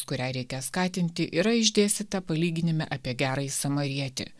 kurią reikia skatinti yra išdėstyta palyginime apie gerąjį samarietį